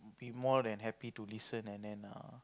I would be more than happy to listen and then err